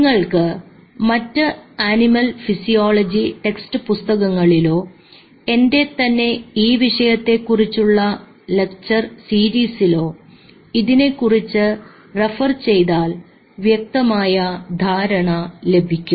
നിങ്ങൾക്ക് മറ്റ് animal physiology text പുസ്തകങ്ങളിലോ എൻറെ തന്നെ ഈ വിഷയത്തെക്കുറിച്ചുള്ള ലെക്ചർ സീരീസിലോ ഇതിനെക്കുറിച്ച് റഫർ ചെയ്താൽ വ്യക്തമായ ധാരണ ലഭിക്കും